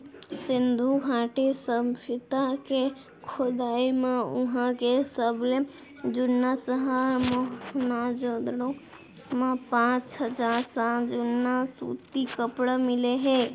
सिंधु घाटी सभ्यता के खोदई म उहां के सबले जुन्ना सहर मोहनजोदड़ो म पांच हजार साल जुन्ना सूती कपरा मिले हे